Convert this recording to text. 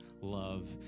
love